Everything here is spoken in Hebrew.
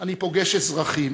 אני פוגש אזרחים